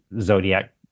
zodiac